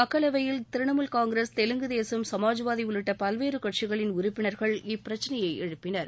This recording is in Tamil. மக்களவையில் திரிணாமுல் காங்கிரஸ் தெலுங்கு தேசம் சமாஜ்வாதி உள்ளிட்ட பல்வேறு கட்சிகளின் உறுப்பினர்கள் இப்பிரச்சினையை எழுப்பினர்